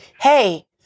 Hey